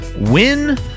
win